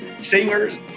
singers